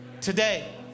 Today